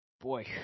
boy